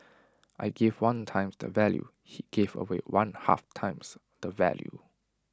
I gave one times the value he gave away one half times the value